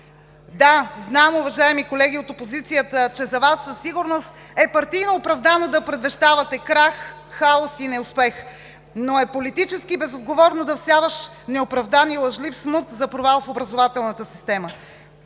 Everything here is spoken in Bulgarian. Да, знам, уважаеми колеги от опозицията, че за Вас със сигурност е партийно оправдано да предвещавате крах, хаос и неуспех, но е политически безотговорно да всяваш неоправдан и лъжлив смут за провал в образователната система.